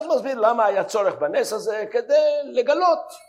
להבין למה היה צורך בנס הזה, כדי לגלות.